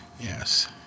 Yes